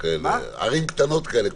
ערים קטנות כאלה,